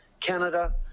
Canada